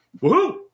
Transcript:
woohoo